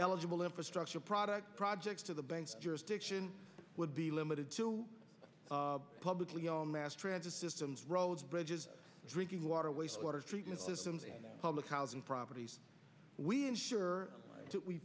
eligible infrastructure product projects to the banks jurisdiction would be limited to publicly all mass transit systems roads bridges drinking water wastewater treatment systems and public housing properties we ensure